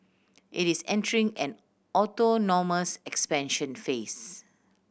it is entering an autonomous expansion phase